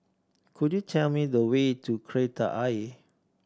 could you tell me the way to Kreta Ayer